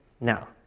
Now